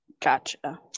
Gotcha